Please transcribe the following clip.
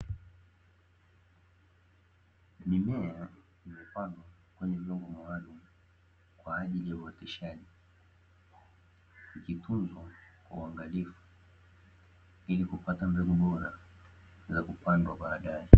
Mimea imepandwa kwenye vyombo maalumu kwa ajili ya uoteshaji, ikitunzwa kwa uangalifu ili kupata mbegu bora kuja kupandwa baadae.